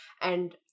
And-